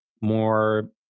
more